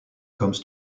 comes